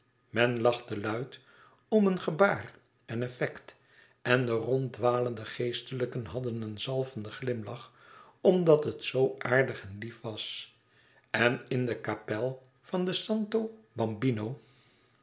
men lachte luid om een gebaar en effect en de ronddwalende geestelijken hadden een zalvenden glimlach omdat het zoo aardig en lief was en in de kapel van den santo bambino